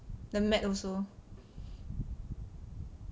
the mat also